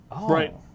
Right